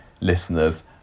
listeners